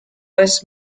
less